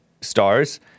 stars